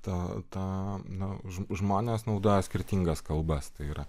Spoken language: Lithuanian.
tą tą nu žmonės naudoja skirtingas kalbas tai yra